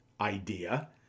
idea